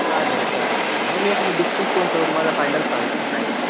चालेल चालेल चालेल मग मी आधी डिस्कस करून सगळं तुम्हाला फायनल सांगतो मग काय वेळा